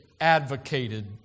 advocated